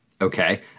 Okay